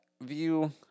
view